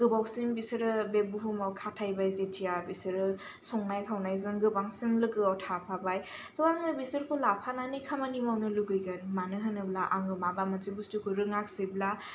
गोबावसिम बिसोरो बे बुहुमाव खाथायबाय जेथिया बिसोरो संनाय खावनायजों गोबांसिम लोगोआव थाफाबाय थ' आङो बिसोरखौ लाफानानै खामानि मावनो लुगैगोन मानो होनोब्ला आङो माबा मोनसे बुस्थुखौ रोङाखिसैब्ला